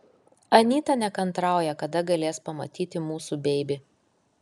anyta nekantrauja kada galės pamatyti mūsų beibį